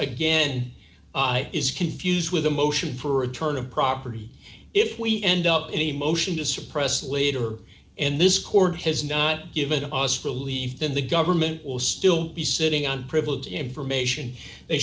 again is confused with a motion for return of property if we end up in a motion to suppress later in this court has not given us believe that the government will still be sitting on privileged information they